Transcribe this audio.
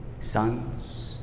sons